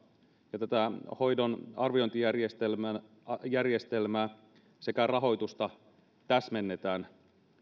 ja tätä hoidon arviointijärjestelmää sekä rahoitusta täsmennetään